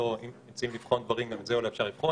שאם רוצים לבחון דברים גם את זה אולי אפשר לבחון,